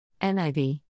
NIV